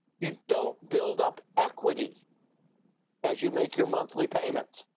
you don't build up equity as you make your monthly payments.